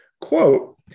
Quote